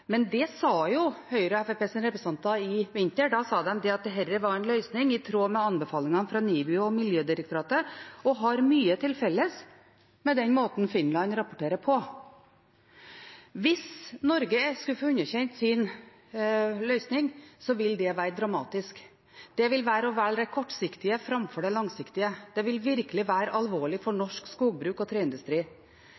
Men det sa jo Høyres og Fremskrittspartiets representanter i vinter. Da sa de at dette var en løsning i tråd med anbefalingene fra NIBIO og Miljødirektoratet og har mye til felles med den måten Finland rapporterer på. Hvis Norge skulle få underkjent sin løsning, vil det være dramatisk. Det vil være å velge det kortsiktige framover det langsiktige. Det vil virkelig være alvorlig for